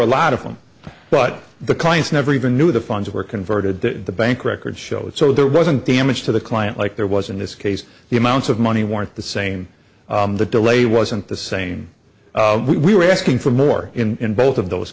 a lot of them but the clients never even knew the funds were converted to the bank records show it so there wasn't damage to the client like there was in this case the amounts of money weren't the same the delay wasn't the same we were asking for more in both of those